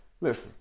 Listen